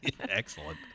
Excellent